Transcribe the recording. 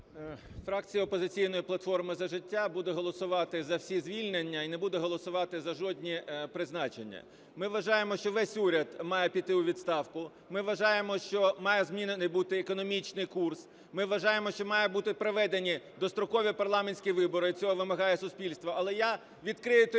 Фракція "Опозиційної платформи - За життя" буде голосувати за всі звільнення і не буде голосувати за жодні призначення. Ми вважаємо, що весь уряд має піти у відставку. Ми вважаємо, що має змінений бути економічний курс. Ми вважаємо, що мають бути проведені дострокові парламентські вибори, цього вимагає суспільство, але я відкрию таємницю,